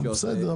בסדר.